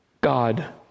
God